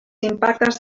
impactes